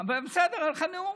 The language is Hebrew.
אבל בסדר, היה לך נאום.